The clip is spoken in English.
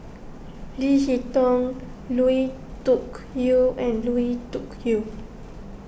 Leo Hee Tong Lui Tuck Yew and Lui Tuck Yew